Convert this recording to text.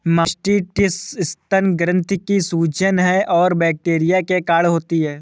mastitis स्तन ग्रंथि की सूजन है और बैक्टीरिया के कारण होती है